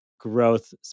growth